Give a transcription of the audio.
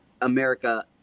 America